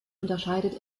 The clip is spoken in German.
unterscheidet